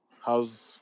How's